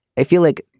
if you like.